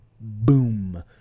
boom